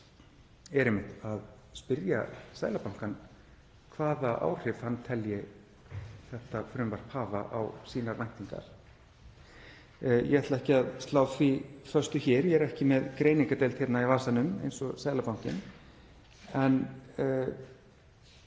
er einmitt að spyrja Seðlabankann hvaða áhrif hann telji þetta frumvarp hafa á sínar væntingar. Ég ætla ekki að slá því föstu hér. Ég er ekki með greiningardeild í vasanum eins og Seðlabankinn.